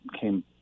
came